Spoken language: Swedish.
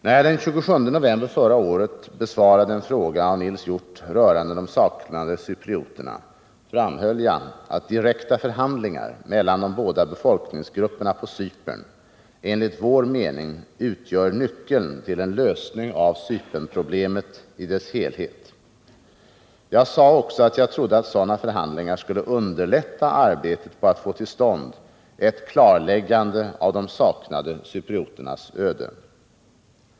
När jag den 27 november förra året besvarade en fråga av Nils Hjorth rörande de saknade cyprioterna framhöll jag att direkta förhandlingar mellan de båda befolkningsgrupperna på Cypern enligt vår mening utgör nyckeln till en lösning av Cypernproblemet i dess helhet. Jag sade också att jag trodde att sådana förhandlingar skulle underlätta arbetet på att få till stånd ett klarläggande av de saknade cyprioternas öde.